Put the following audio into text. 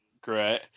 great